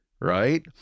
right